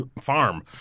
farm